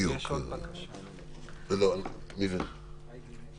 אחרון חביב, הידי נגב